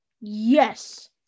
Yes